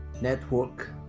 network